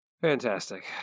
Fantastic